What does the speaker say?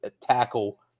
tackle